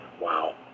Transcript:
wow